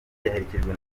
yaherekejwe